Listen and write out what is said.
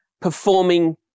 performing